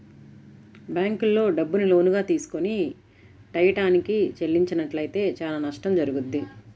బ్యేంకుల్లో డబ్బుని లోనుగా తీసుకొని టైయ్యానికి చెల్లించనట్లయితే చానా నష్టం జరుగుద్ది